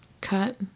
cut